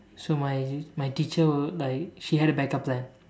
so my my teacher like she had a backup plan